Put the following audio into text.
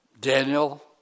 Daniel